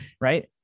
right